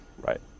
right